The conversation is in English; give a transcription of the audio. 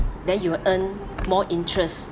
then you will earn more interest